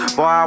Boy